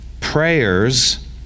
prayers